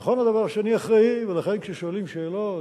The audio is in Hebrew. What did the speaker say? נכון הדבר שאני אחראי, ולכן כששואלים שאלות,